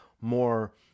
more